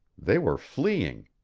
they were fleeing.